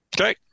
okay